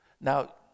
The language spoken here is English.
Now